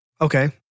Okay